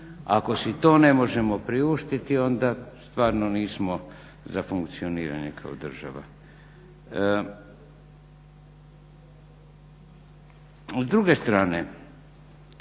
Ako si to ne možemo priuštiti onda stvarno nismo za funkcioniranje kao država.